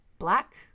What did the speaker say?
Black